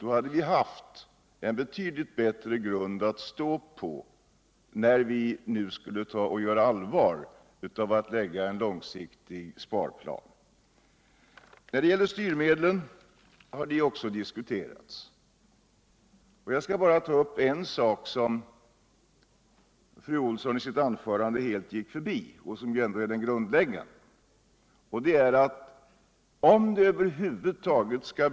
Då hade vi haft en betydligt bättre grund att stå på, när vi nu skulle göra allvar av att lägga fram en långsiktig sparplan. Även frågan om styrmedlen har diskuterats i dag. Jag skall bara ta upp en sak som fru Olsson i sitt anförande heh gick förbi men som ändå är den grundläggande frågan. Den gäller: Om det över huvud taget skall.